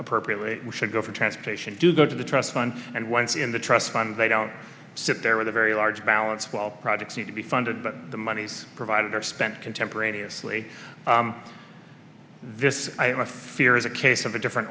appropriately should go for transportation do go to the trust fund and once in the trust fund they don't sit there with a very large balance while projects need to be funded but the monies provided are spent contemporaneously this fear is a case of a different